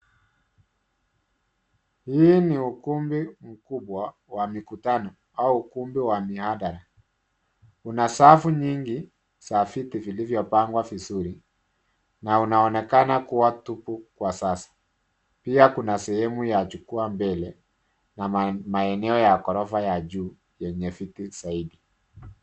Hii ni ukumbi mkubwa wa mikutano au ukumbi wa mihadhara. Kuna safu nyingi za viti vilivyopangwa vizuri na unaonekana kuwa tupu kwa sasa. Pia kuna sehemu ya jukwaa mbele na maeneo ya ghorofa ya juu yenye viti zaidi.